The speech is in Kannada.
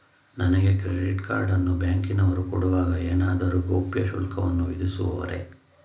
ನನಗೆ ಕ್ರೆಡಿಟ್ ಕಾರ್ಡ್ ಅನ್ನು ಬ್ಯಾಂಕಿನವರು ಕೊಡುವಾಗ ಏನಾದರೂ ಗೌಪ್ಯ ಶುಲ್ಕವನ್ನು ವಿಧಿಸುವರೇ?